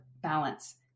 balance